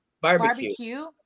barbecue